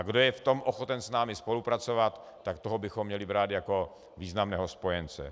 Kdo je v tom ochoten s námi spolupracovat, tak toho bychom měli brát jako významného spojence.